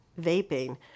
vaping